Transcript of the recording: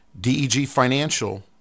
degfinancial